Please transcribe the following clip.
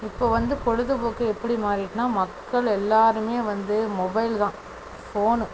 இப்போ வந்து பொழுதுபோக்கு எப்படி மாறிட்டுனா மக்கள் எல்லாருமே வந்து மொபைல் தான் ஃபோன்னு